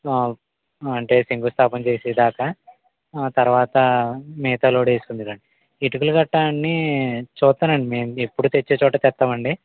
అంటే శంకుస్థాపన చేసేదాకా తర్వాత మిగతా లోడ్ వేసుకుందురు గాని ఇటుకలు గట్రా అన్నీ చూస్తానండి మెయిన్ ఎప్పుడు తెచ్చే చోట తెస్తామండి